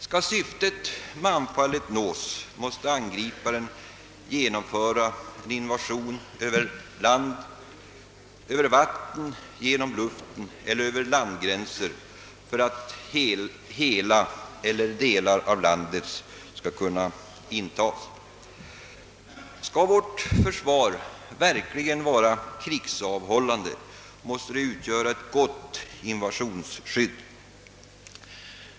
Skall syftet med anfallet nås måste angriparen genomföra en invasion över vatten, genom luften eller över landgränser för att hela landet eller delar därav skall kunna intas. Om vårt försvar verkligen skall vara krigsavhållande måste det utgöra ett gott invasionsskydd.